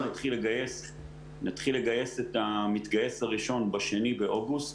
אנחנו נתחיל לגייס את המתגייס הראשון ב-2 באוגוסט,